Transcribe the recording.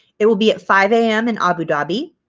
it will be at five am in abu dhabi.